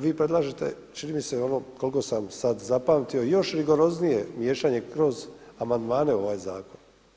vi predlažete čini mi se ono koliko sam sada zapamtio, još rigoroznije miješnje kroz amandmane u ovaj zakon.